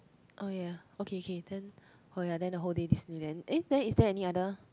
oh ya okay okay then oh ya then the whole day Disneyland eh then is there any other